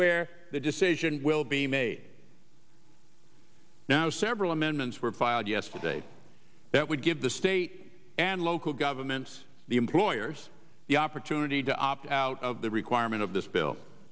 where the decision will be made now several amendments were filed yesterday that would give the state and local governments the employers the opportunity to opt out of the requirement of this bill